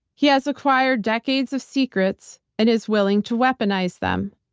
he has acquired decades of secrets and is willing to weaponize them.